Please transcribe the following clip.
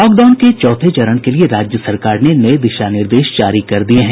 lock down के चौथे चरण के लिए राज्य सरकार ने नये दिशा निर्देश जारी कर दिये हैं